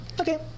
okay